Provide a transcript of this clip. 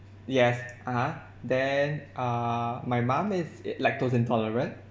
yes (uh huh) then err my mum is lactose intolerant